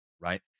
right